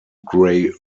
grey